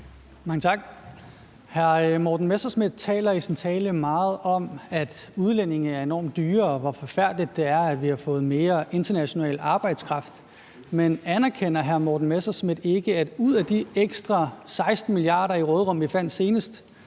Mange tak. Hr. Morten Messerschmidt taler i sin tale meget om, at udlændinge er enormt dyre, og hvor forfærdeligt det er, at vi har fået mere international arbejdskraft. Men anerkender hr. Morten Messerschmidt ikke, at ud af de ekstra 16 mia. kr. i råderummet, vi senest